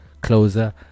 closer